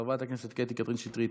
חברת הכנסת קטי קטרין שטרית,